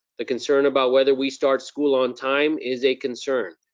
the concern about whether we start school on time is a concern.